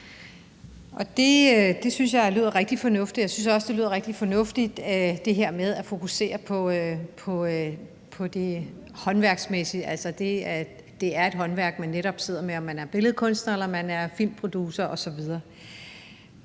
det lyder rigtig fornuftigt at fokusere på det håndværksmæssige, altså det, at det netop er et håndværk, man sidder med, om man så er billedkunstner, eller man er filmproducer osv.